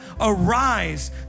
arise